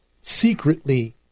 secretly